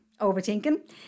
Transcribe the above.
overthinking